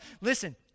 Listen